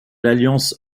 l’alliance